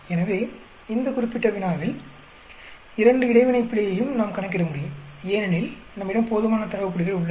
எனவே இந்த குறிப்பிட்ட வினாவில் இரண்டு இடைவினை பிழையையும் நாம் கணக்கிட முடியும் ஏனெனில் நம்மிடம் போதுமான தரவு புள்ளிகள் உள்ளன